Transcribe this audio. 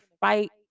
fight